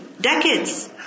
decades